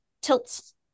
tilts